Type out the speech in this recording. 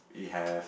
it have